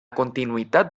continuïtat